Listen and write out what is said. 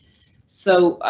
so,